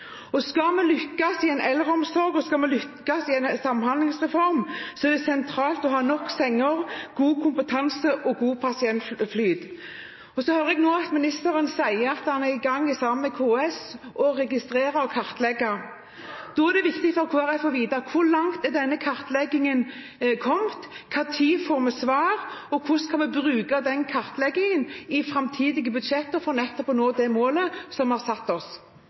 Skal vi lykkes med eldreomsorgen, og skal vi lykkes med en samhandlingsreform, er det sentralt å ha nok senger, god kompetanse og god pasientflyt. Jeg har nå hørt ministeren si at han sammen med KS er i gang med å registrere og kartlegge. Da er det viktig for Kristelig Folkeparti å vite: Hvor langt er denne kartleggingen kommet, når får vi svar, og hvordan kan vi bruke denne kartleggingen i framtidige budsjetter for nettopp å nå det målet vi har satt oss?